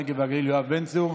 הנגב והגליל יואב בן צור.